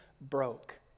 broke